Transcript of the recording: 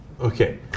Okay